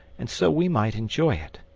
and so we might enjoy it.